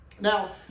Now